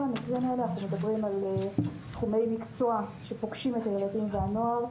המקרים האלה אנחנו מדברים על תחומי מקצוע שפוגשים את הילדים והנוער